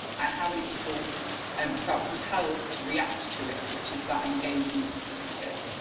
and how many people um felt compelled to react to it, which is that engagement statistic.